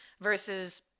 versus